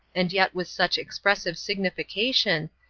and yet with such expressive signification,